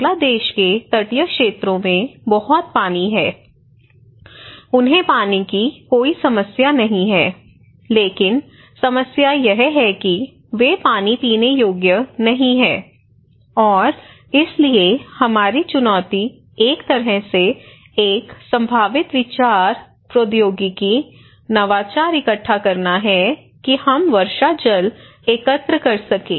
बांग्लादेश के तटीय क्षेत्रों में बहुत पानी है उन्हें पानी की कोई समस्या नहीं है लेकिन समस्या यह है कि वे पानी पीने योग्य नहीं है और इसलिए हमारी चुनौती एक तरह से एक संभावित विचार प्रौद्योगिकी नवाचार इकट्ठा करना है कि हम वर्षा जल एकत्र कर सकें